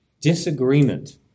disagreement